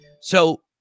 So-